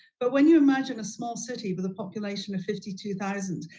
but when you imagine a small city with a population of fifty two thousand,